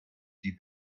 die